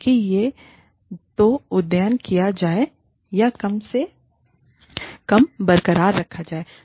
ताकि या तो अद्यतन किया जाए या कम से कम बरकरार रखा जाए